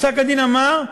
פסק-הדין אמר: